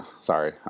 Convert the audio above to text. Sorry